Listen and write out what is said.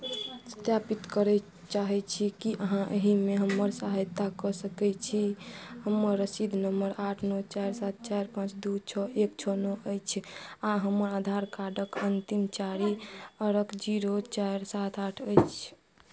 सत्यापित करय चाहै छी की अहाँ एहिमे हमर सहायता कऽ सकैत छी हमर रसीद नम्बर आठ नओ चारि सात चारि पाँच दू छओ एक छओ नओ अइछ आ हमर आधार कार्डक अन्तिम चारि अड़क जीरो चाइर सात आठ अइछ